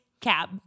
cab